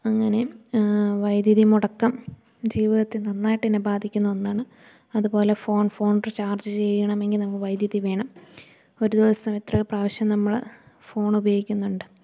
അങ്ങനെ വൈദ്യുതി മുടക്കം ജീവിതത്തിൽ നന്നായിട്ട് ബാധിക്കുന്ന ഒന്നാണ് അതുപോലെ ഫോൺ ഫോൺ റീചാർജ് ചെയ്യണമെങ്കിൽ നമ്മള് വൈദ്യുതി വേണം ഒര് ദിവസം ഇത്രയോ പ്രാശ്യം നമ്മള് ഫോൺ ഉപയോഗിക്കുന്നുണ്ട്